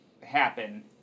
happen